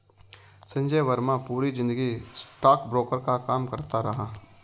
संजय वर्मा पूरी जिंदगी स्टॉकब्रोकर का काम करता रहा